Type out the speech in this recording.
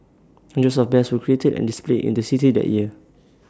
hundreds of bears were created and displayed in the city that year